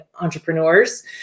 entrepreneurs